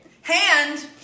Hand